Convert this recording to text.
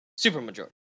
supermajority